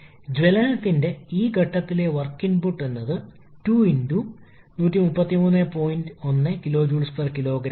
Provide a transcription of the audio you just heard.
കാരണം P 1 P 2 എന്നിവ രണ്ട് അങ്ങേയറ്റത്തെ മർദ്ദമാണ് കൂടാതെ ഈ ഇന്റർകൂളിംഗ് ചെയ്യുന്ന ഇടത്തരം മർദ്ദമാണ് പിഐ എന്ന് നമുക്ക് പറയാം